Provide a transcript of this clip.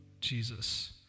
Jesus